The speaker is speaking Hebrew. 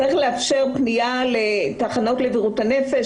צריך לאפשר פניה לתחנות לבריאות הנפש,